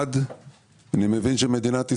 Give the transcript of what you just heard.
1. אני מבין שמדינת ישראל,